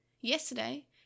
Yesterday